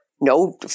no